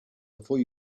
before